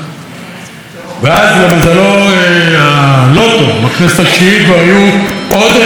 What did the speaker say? למזלו הלא-טוב בכנסת התשיעית כבר היו עוד רשימות עם שי"ן.